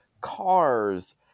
cars